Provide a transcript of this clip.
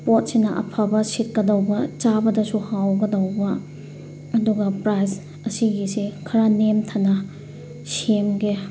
ꯄꯣꯠꯁꯤꯅ ꯑꯐꯕ ꯁꯤꯠꯀꯗꯧꯕ ꯆꯥꯕꯗꯁꯨ ꯍꯥꯎꯒꯗꯧꯕ ꯑꯗꯨꯒ ꯄ꯭ꯔꯥꯏꯁ ꯑꯁꯤꯒꯤꯁꯦ ꯈꯔ ꯅꯦꯝꯊꯅ ꯁꯦꯝꯒꯦ